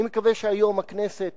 אני מקווה שהיום הכנסת